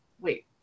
wait